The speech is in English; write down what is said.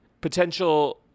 potential